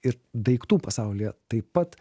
ir daiktų pasaulyje taip pat